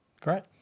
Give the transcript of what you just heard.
great